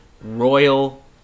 Royal